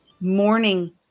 morning